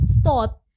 thought